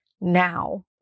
Now